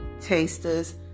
tasters